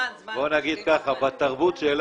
עם הלקוח.